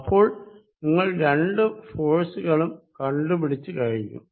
അപ്പോൾ നിങ്ങൾ രണ്ടു ഫോഴ്സ് ങ്ങളും കണ്ടുപിടിച്ച് കഴിഞ്ഞു